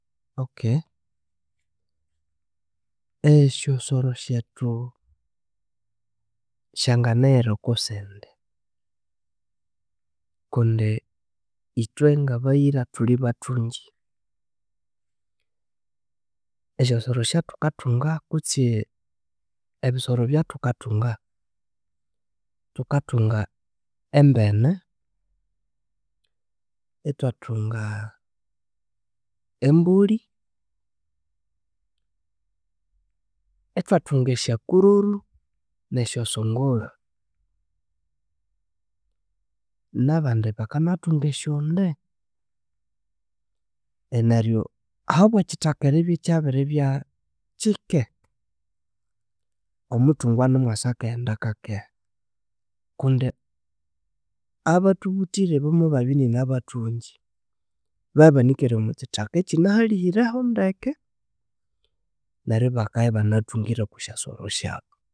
Okay, esyosoro syethu syanganighira okosindi kundi ithwe ngabayira thulhi bathungyi. Esyosoro esya thukathunga kutsi ebisoro ebya thukathunga, thukathunga embene, ithwa thunga embulhi, ithwa thunga esyakururu, ne syo sungura. Nabandi bakanathunga esyonde neryo ahabwa ekithaka eribya kyabiribya kyike, omuthungu animwasa akaghenda akakeha kundi abathubuthire ibo mubabya ininabathungyi babya ibanikere omwakyithaka ekinahalhihiraho ndeke neryo ibakabya ibanathungire okwa syasoro syabu